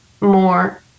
more